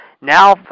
Now